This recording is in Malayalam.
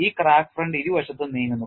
ഈ ക്രാക്ക് ഫ്രണ്ട് ഇരുവശത്തും നീങ്ങുന്നു